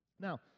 Now